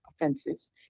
offenses